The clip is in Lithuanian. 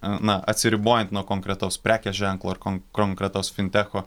na atsiribojant nuo konkretaus prekės ženklo ir kon konkretaus fintecho